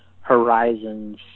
Horizon's